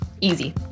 easy